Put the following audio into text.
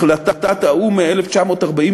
החלטת האו"ם מ-1947,